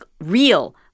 real